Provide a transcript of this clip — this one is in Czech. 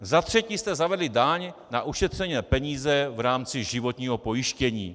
Za třetí jste zavedli daň na ušetřené peníze v rámci životního pojištění.